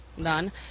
done